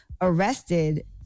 arrested